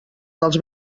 dels